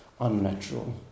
unnatural